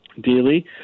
daily